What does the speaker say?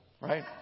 right